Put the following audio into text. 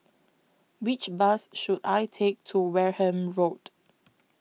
Which Bus should I Take to Wareham Road